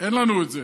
אין לנו את זה,